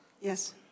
Yes